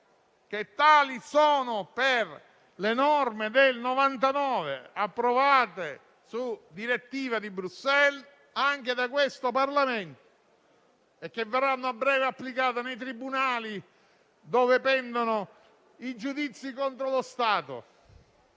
che sono tali per le norme del 1999, approvate su direttiva di Bruxelles anche da questo Parlamento e che a breve verranno applicate nei tribunali, dove pendono i giudizi contro lo Stato